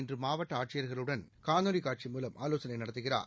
இன்றுஅனைத்தமாவட்டஆட்சியர்களுடன் காணொலிகாட்சி மூலம் ஆலோசனைநடத்துகிறார்